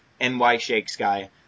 NYShakesGuy